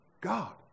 God